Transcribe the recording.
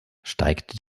steigt